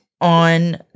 on